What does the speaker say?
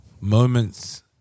moments